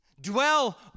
dwell